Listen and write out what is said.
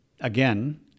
again